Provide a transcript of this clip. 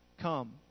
Come